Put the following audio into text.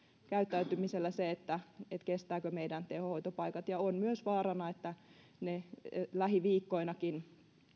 käyttäytymisellä se kestävätkö meidän tehohoitopaikat ja on myös vaarana että ne jo lähiviikkoinakin